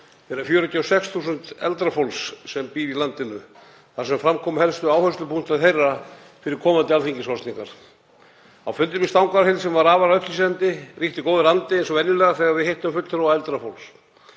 þeirra 46.000 eldri borgara sem búa í landinu þar sem fram koma helstu áherslupunktar þeirra fyrir komandi alþingiskosningar. Á fundinum í Stangarhyl, sem var afar upplýsandi, ríkti góður andi, eins og venjulega þegar við hittum fulltrúa eldra fólks.